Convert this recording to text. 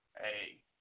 Hey